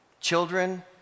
Children